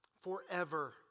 Forever